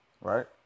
right